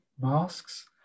masks